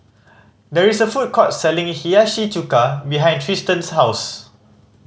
there is a food court selling Hiyashi Chuka behind Trystan's house